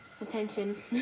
attention